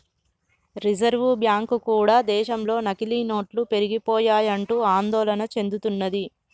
reserve bank కూడా దేశంలో నకిలీ నోట్లు పెరిగిపోయాయంటూ ఆందోళన చెందుతున్నది